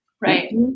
Right